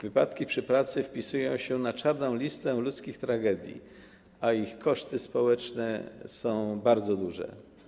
Wypadki przy pracy wpisują się na czarną listę ludzkich tragedii, a ich koszty społeczne są bardzo duże.